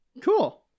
cool